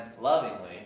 lovingly